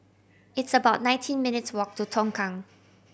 it's about nineteen minutes' walk to Tongkang